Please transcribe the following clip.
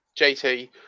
JT